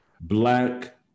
Black